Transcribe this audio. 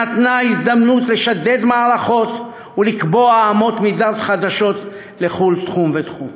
שנתנה הזדמנות לשדד מערכות ולקבוע אמות מידה חדשות בכל תחום ותחום.